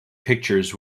pictures